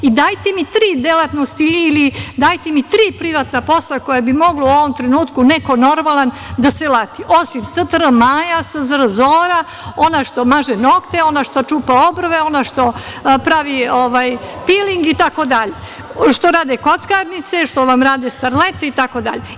Dajte mi tri delatnosti, ili dajte mi tri privatna posla koja bi mogla u ovom trenutku neko normalan da se lati, osim STR „Maja“, SZR „Zora“, ona što maže nokte, ona što čupa obrve, ona što pravi piling, što rade kockarnice, što rade starlete, itd.